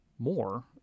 more